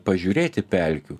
pažiūrėti pelkių